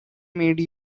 made